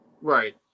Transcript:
Right